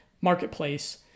Marketplace